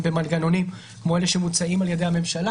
במנגנונים כמו אלה שמוצעים על ידי הממשלה,